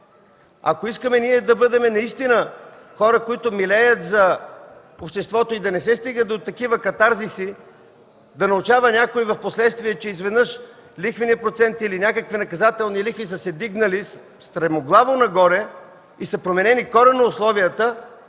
Ако искаме наистина да бъдем хора, които милеят за обществото и да не се стига до такива катарзиси – да научава някой впоследствие, че изведнъж лихвеният процент или някакви наказателни лихви са се вдигнали стремглаво нагоре и условията